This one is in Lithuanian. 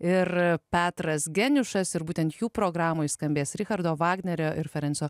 ir petras geniušas ir būtent jų programoj skambės richardo vagnerio ir ferenso